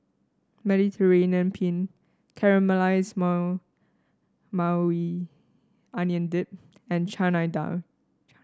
Mediterranean Penne Caramelized Mau Maui Onion Dip and Chana Dal